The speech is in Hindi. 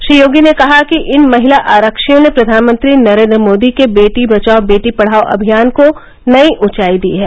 श्री योगी ने कहा कि इन महिला आरक्षियों ने प्रधानमंत्री नरेंद्र मोदी के बेटी बचाओ बेटी पढ़ाओ अभियान को नई ऊंचाई दी है